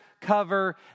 cover